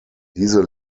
diese